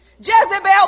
Jezebel